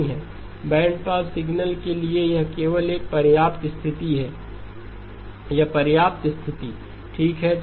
bandpass signals के लिए यह केवल एक पर्याप्त स्थिति है यह एक पर्याप्त स्थिति ठीक है